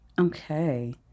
Okay